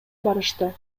барышты